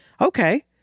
okay